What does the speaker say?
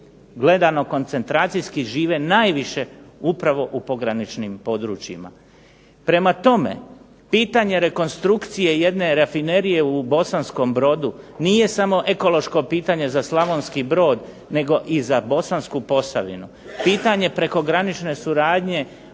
gledano koncentracijski žive najviše upravo u pograničnim područjima. Prema tome, pitanje rekonstrukcije jedne rafinerije u Bosanskom brodu nije samo ekološko pitanje za Slavonski brod nego i za Bosansku posavinu. Pitanje prekogranične suradnje